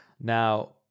now